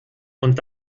und